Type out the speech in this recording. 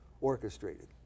orchestrated